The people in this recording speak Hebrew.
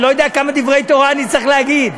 אני לא יודע כמה דברי תורה אני אצטרך להגיד.